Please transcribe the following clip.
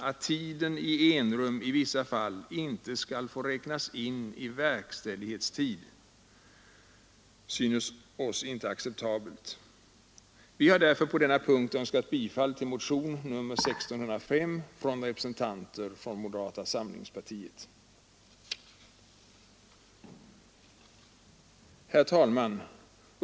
Att tiden i enrum i vissa fall inte skulle få räknas in i verkställighetstid synes oss inte acceptabelt. Vi har därför på denna punkt yrkat bifall till motionen 1605 från representanter för moderata samlingspartiet. Herr talman!